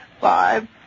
five